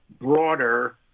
broader